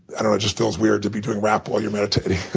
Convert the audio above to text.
i don't know it just feels weird to be doing rap while you're meditating.